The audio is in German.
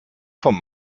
vom